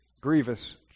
grievous